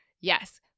Yes